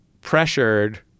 pressured